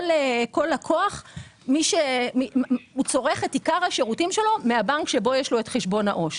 כל לקוח צורך את עיקר השירותים שלו בבנק שבו יש לו חשבון עו"ש.